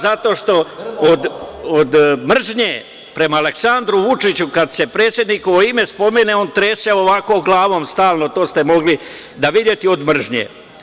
Zato što od mržnje prema Aleksandru Vučiću kada se predsednikovo ime spomene on trese ovako glavom stalno, to ste mogli da vidite, od mržnje.